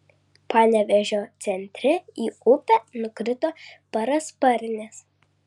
panevėžio centre į upę nukrito parasparnis